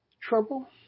trouble